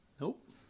Nope